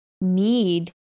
need